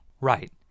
Right